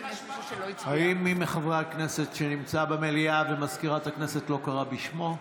האם מי מחברי הכנסת נמצא במליאה ומזכירת הכנסת לא קראה בשמו?